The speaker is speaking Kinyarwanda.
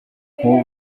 nk’ubu